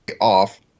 off